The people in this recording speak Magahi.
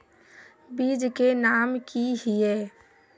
बीज के नाम की हिये?